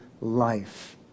life